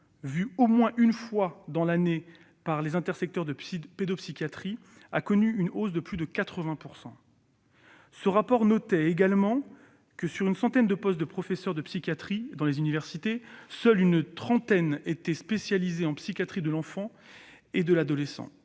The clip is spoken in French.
vus au moins une fois dans l'année par les intersecteurs de pédopsychiatrie a connu une hausse de plus de 80 %. Ce rapport notait également que, sur une centaine de postes de professeurs de psychiatrie dans les universités, seule une trentaine était spécialisée en psychiatrie de l'enfant et de l'adolescent.